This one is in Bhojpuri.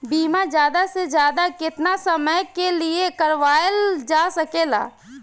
बीमा ज्यादा से ज्यादा केतना समय के लिए करवायल जा सकेला?